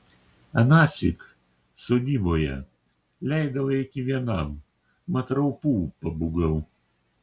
anąsyk sodyboje leidau eiti vienam mat raupų pabūgau